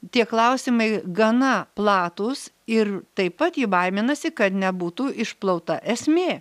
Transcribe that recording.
tie klausimai gana platūs ir taip pat ji baiminasi kad nebūtų išplauta esmė